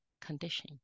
condition